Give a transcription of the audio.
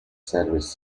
service